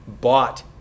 bought